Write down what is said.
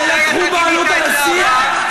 שלקחו בעלות על השיח.